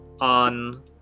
on